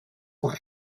one